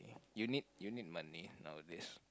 you need you need money nowadays